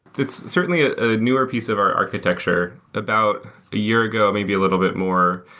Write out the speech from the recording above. it's certainly ah ah newer piece of our architecture. about a year ago, maybe a little bit more,